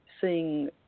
seeing